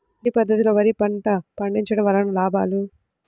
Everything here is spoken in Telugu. శ్రీ పద్ధతిలో వరి పంట పండించడం వలన లాభాలు?